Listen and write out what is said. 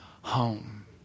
home